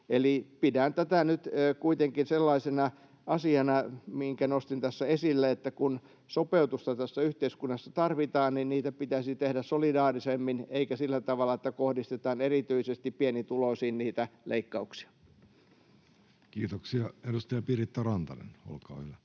pidän tätä nyt kuitenkin sellaisena asiana, minkä nostin tässä esille, että kun sopeutusta tässä yhteiskunnassa tarvitaan, niin sitä pitäisi tehdä solidaarisemmin eikä sillä tavalla, että kohdistetaan erityisesti pienituloisiin niitä leikkauksia. [Speech 213] Speaker: Jussi Halla-aho Party: